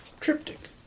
Triptych